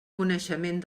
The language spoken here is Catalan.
coneixement